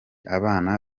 abana